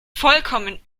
vollkommen